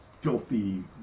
filthy